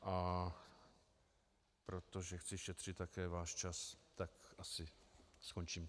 A protože chci šetřit také váš čas, tak asi skončím.